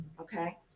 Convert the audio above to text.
Okay